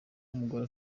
umugore